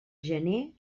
gener